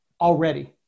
already